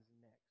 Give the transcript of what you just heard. next